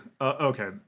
Okay